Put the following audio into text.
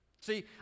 See